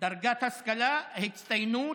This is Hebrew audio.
דרגת השכלה, הצטיינות,